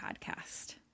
podcast